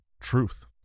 truth